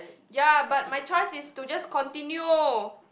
ya but my choice is to just continue